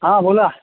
हां बोला